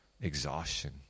exhaustion